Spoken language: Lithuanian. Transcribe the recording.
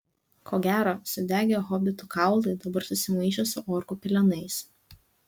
ko gero sudegę hobitų kaulai dabar susimaišė su orkų pelenais